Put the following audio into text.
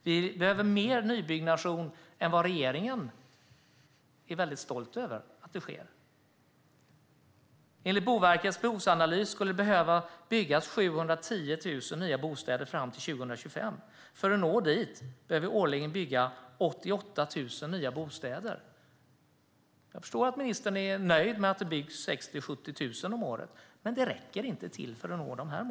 Vi behöver mer nybyggnation än den som regeringen är stolt över sker. Enligt Boverkets behovsanalys skulle det behöva byggas 710 000 nya bostäder fram till 2025. För att nå dit behöver vi årligen bygga 88 000 nya bostäder. Jag förstår att ministern är nöjd med att det byggs 60 000-70 000 om året, men det räcker inte för att nå målet.